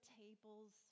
tables